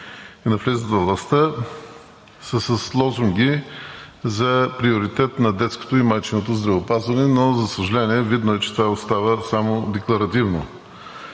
и навлизат във властта, са с лозунги за приоритет на детското и майчиното здравеопазване, но за съжаление, видно е, че това остава само декларативно.